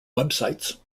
websites